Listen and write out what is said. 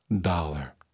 dollar